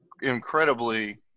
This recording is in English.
incredibly